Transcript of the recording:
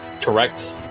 correct